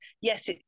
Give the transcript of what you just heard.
yes